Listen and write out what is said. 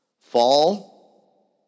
Fall